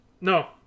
No